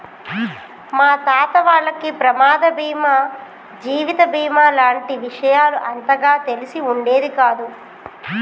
మా తాత వాళ్లకి ప్రమాద బీమా జీవిత బీమా లాంటి విషయాలు అంతగా తెలిసి ఉండేది కాదు